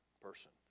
person